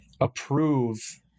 approve